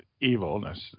evilness